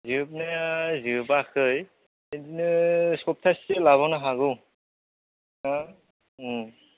जोबनाया जोबाखै बिदिनो सप्तासेसो लाबावनो हागौ हा